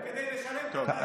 כשאתה,